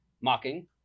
Mocking